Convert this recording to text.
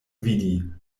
vidi